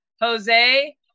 Jose